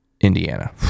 Indiana